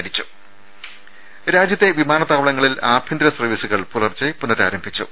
ദരര രാജ്യത്തെ വിമാനത്താവളങ്ങളിൽ ആഭ്യന്തര സർവ്വീസുകൾ പുലർച്ചെ പുനരാരംഭിച്ചു